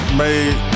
made